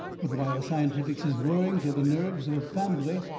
but while scientifics is worrying to the nerves of a fambly,